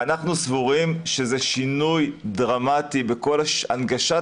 ואנחנו סבורים שזה שינוי דרמטי בכל הנגשת